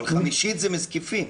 אבל חמישית זה מזקיפים.